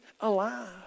alive